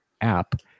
app